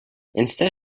instead